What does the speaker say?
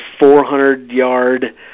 400-yard